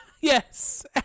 yes